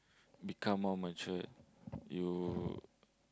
become more matured you